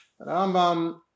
Rambam